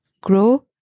grow